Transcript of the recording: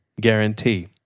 guarantee